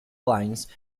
lines